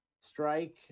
strike